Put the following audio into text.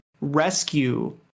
rescue